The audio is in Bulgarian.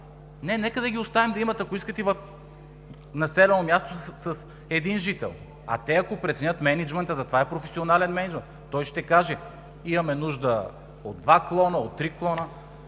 Нека да ги оставим да имат, ако искат и в населено място с един жител те, ако преценят. Затова мениджмънтът е професионален мениджмънт, той ще каже: имаме нужда от два клона, от три клона.